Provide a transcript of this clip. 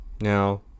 Now